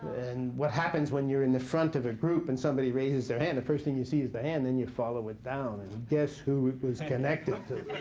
and what happens when you're in the front of a group and somebody raises their hand, the first thing you see is the hand. and then you follow it down. and guess who it was connected to?